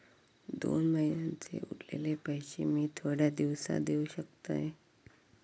दोन महिन्यांचे उरलेले पैशे मी थोड्या दिवसा देव शकतय?